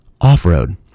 off-road